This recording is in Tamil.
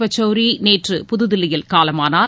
பச்சோரி நேற்று புதுதில்லியில் காலமானார்